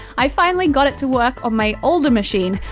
i finally got it to work on my older machine,